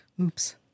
Oops